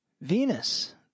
Venus